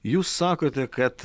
jūs sakote kad